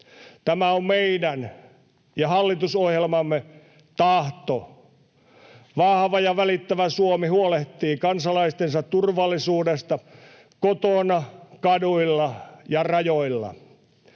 Tämä on meidän ja hallitusohjelmamme tahto. Vahva ja välittävä Suomi huolehtii kansalaistensa turvallisuudesta kotona, kaduilla ja rajoilla.